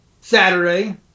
Saturday